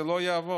זה לא יעבוד.